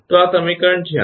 તો આ સમીકરણ 86 છે